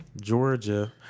Georgia